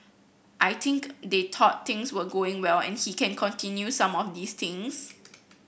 I think they thought things were going well and he can continue some of these things